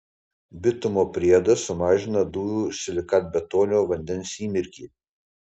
bitumo priedas sumažina dujų silikatbetonio vandens įmirkį